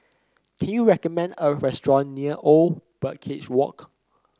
can you recommend a restaurant near Old Birdcage Walk